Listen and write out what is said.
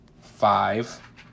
five